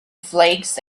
flakes